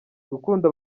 gukunda